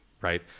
right